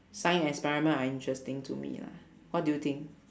science experiment are interesting to me lah what do you think